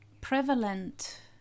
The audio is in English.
prevalent